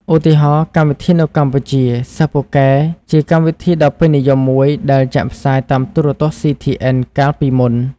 ឧទាហរណ៍កម្មវិធីនៅកម្ពុជាសិស្សពូកែជាកម្មវិធីដ៏ពេញនិយមមួយដែលចាក់ផ្សាយតាមទូរទស្សន៍ CTN កាលពីមុន។